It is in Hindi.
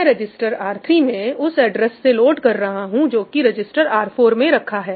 मैं रजिस्टर R3 में उस एड्रेस से लोड कर रहा हूं जो कि रजिस्टर R4 में रखा है